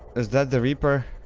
is that the reaper?